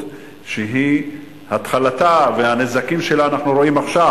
שאת התחלתה והנזקים שלה אנחנו רואים עכשיו,